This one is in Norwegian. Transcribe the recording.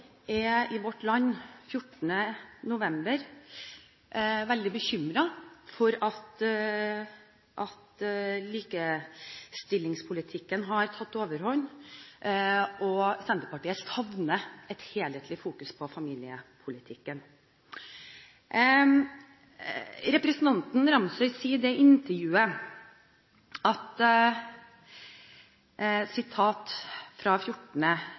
er i Vårt Land 14. november veldig bekymret for at likestillingspolitikken har tatt overhånd, og Senterpartiet savner et helhetlig fokus på familiepolitikken. Representanten Ramsøy sier i intervjuet i Vårt Land 14. november: «Ta for eksempel likestilling. At